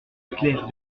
claire